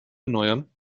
erneuern